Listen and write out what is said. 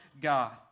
God